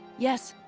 yes.